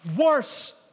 worse